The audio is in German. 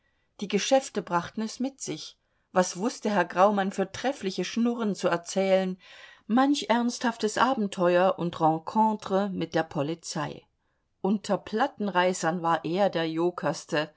die geschäfte brachten es mit sich was wußte herr graumann für treffliche schnurren zu erzählen manch ernsthaftes abenteuer und rencontre mit der polizei unter plattenreißern war er der